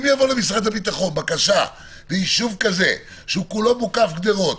אם תבוא למשרד הביטחון בקשה מישוב כזה שהוא כולו מוקף גדרות,